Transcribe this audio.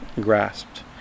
grasped